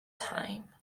time